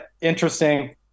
interesting